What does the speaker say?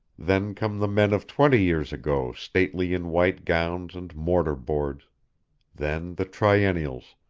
then come the men of twenty years ago stately in white gowns and mortar-boards then the triennials,